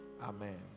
Amen